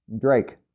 Drake